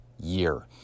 year